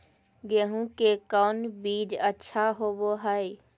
गेंहू के कौन बीज अच्छा होबो हाय?